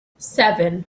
seven